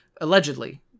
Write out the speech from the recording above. allegedly